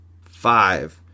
five